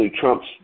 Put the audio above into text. trumps